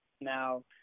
Now